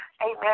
amen